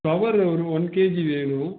flower ஒரு one KG வேணும்